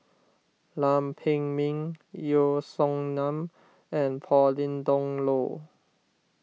Lam Pin Min Yeo Song Nian and Pauline Dawn Loh